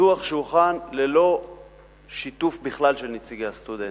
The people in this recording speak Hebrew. הוא הוכן ללא שיתוף בכלל של נציגי הסטודנטים,